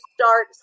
start